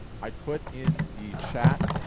i put in the chat,